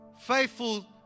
faithful